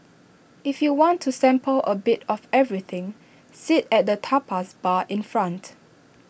if you want to sample A bit of everything sit at the tapas bar in front